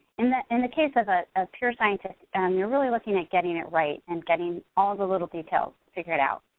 in the and the case of but a pure scientist, and you're really looking at getting it right and getting all the little details figured out.